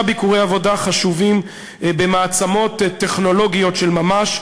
ביקורי עבודה חשובים במעצמות טכנולוגיות של ממש,